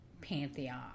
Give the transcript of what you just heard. pantheon